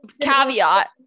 caveat